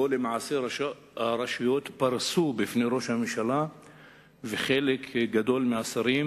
שבו הרשויות פרסו בפני ראש הממשלה וחלק גדול מהשרים